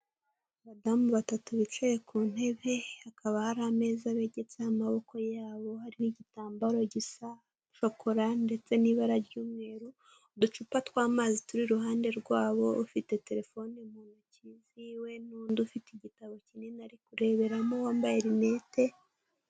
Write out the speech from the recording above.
Abadamu batatu bicaye ku ntebe hakaba hari ameza begetse amaboko yabo hari igitambaro gisa shokora ndetse n'ibara ry'umweru, uducupa twa'mazi turi iruhande rwabo, ufite telefone mu ntoki ziwe n'undi ufite igitabo kinini ari kureberamo wambaye rinete.